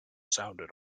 sounded